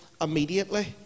immediately